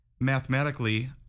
Mathematically